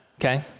okay